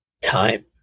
time